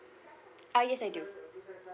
uh yes I do